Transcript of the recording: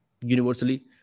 universally